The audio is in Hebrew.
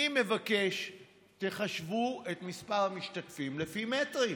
אני מבקש שתחשבו את מספר המשתתפים לפי מטרים.